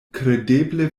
kredeble